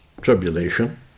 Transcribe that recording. tribulation